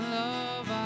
love